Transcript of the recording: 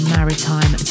Maritime